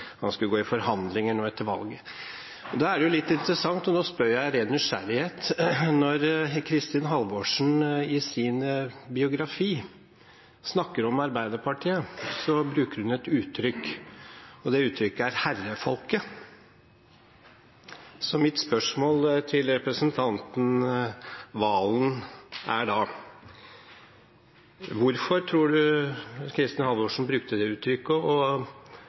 han skulle gå i forhandlinger nå etter valget. Da er det litt interessant – og nå spør jeg av ren nysgjerrighet – at når Kristin Halvorsen i sin biografi snakker om Arbeiderpartiet, bruker hun et uttrykk, og det uttrykket er «herrefolket». Så mitt spørsmål til representanten Serigstad Valen er da: Hvorfor tror du Kristin Halvorsen brukte det uttrykket,